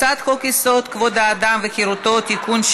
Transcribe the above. הצעת חוק-יסוד: כבוד האדם וחירותו (תיקון,